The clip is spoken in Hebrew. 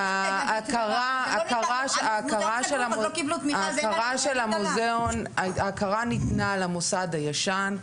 ההכרה של המוזיאון ניתנה למוסד הישן,